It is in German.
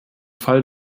fall